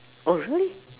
oh really